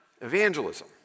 evangelism